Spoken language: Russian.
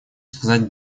сказать